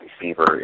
receiver